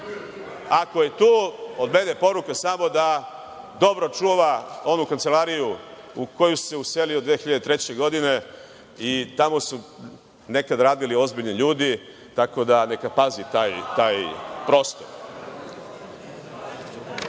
Ako je tu, od mene poruka samo da dobro čuva onu kancelariju u koju se uselio 2003. godine. I tamo su nekada radili ozbiljni ljudi, tako da, neka pazi taj prostor. Profesor